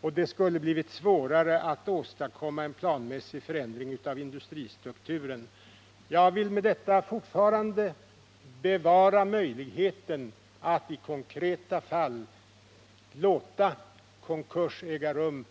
Det skulle också ha blivit svårare att åstadkomma en planmässig förändring av industristrukturen. Trots detta vårt handlande vill jag fortfarande bevara möjligheten att i konkreta fall låta konkurs äga rum